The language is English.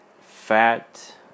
fat